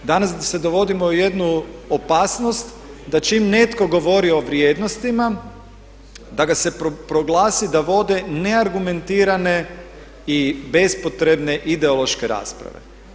Danas se dovodimo u jednu opasnost da čim netko govori o vrijednostima da ga se proglasi da vodi neargumentirane i bespotrebne ideološke rasprave.